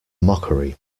mockery